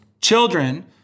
Children